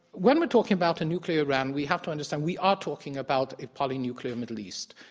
when we're talking about a nuclear iran, we have to understand we are talking about a poly-nuclear middle east.